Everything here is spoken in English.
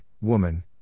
woman